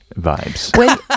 vibes